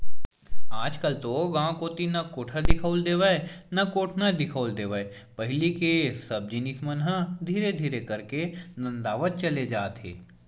आजकल तो गांव कोती ना तो कोठा दिखउल देवय ना कोटना दिखउल देवय पहिली के सब जिनिस मन ह धीरे धीरे करके नंदावत चले जात हे